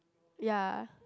ya